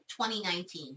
2019